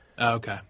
Okay